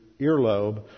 earlobe